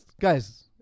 guys